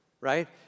right